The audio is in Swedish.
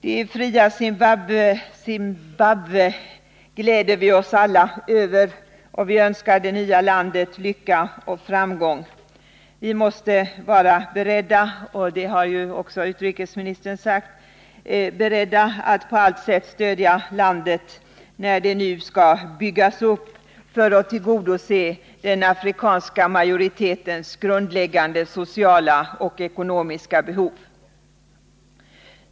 Vi gläder oss alla över det fria Zimbabwe, och vi önskar det nya landet lycka och framgång. Vi måste vara beredda — det har också utrikesministern sagt — att på allt sätt stödja landet när det nu skall byggas upp för att tillgodose den afrikanska majoritetens grundläggande sociala och ekonomiska behov.